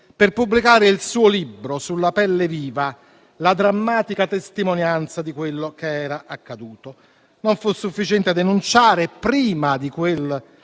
per pubblicare il suo libro "Sulla pelle viva", la drammatica testimonianza di quello che era accaduto. Non fu sufficiente denunciare, prima di quel